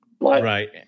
Right